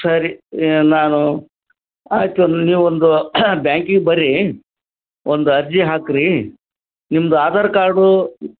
ಸರಿ ನಾನು ಆಯಿತು ನೀವು ಒಂದು ಬ್ಯಾಂಕಿಗೆ ಬರ್ರಿ ಒಂದು ಅರ್ಜಿ ಹಾಕಿರಿ ನಿಮ್ದು ಆಧಾರ್ ಕಾರ್ಡೂ